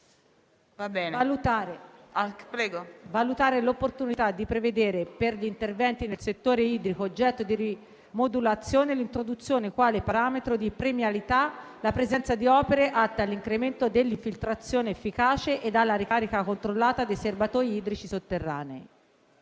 valutare l'opportunità di prevedere, per gli interventi nel settore idrico oggetto di rimodulazione, l'introduzione quale parametro di premialità di opere atte all'incremento della infiltrazione efficace ed alla ricarica controllata dei serbatoi idrici sotterranei».